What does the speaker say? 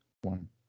one